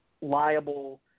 liable